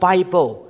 Bible